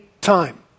time